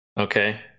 okay